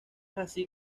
así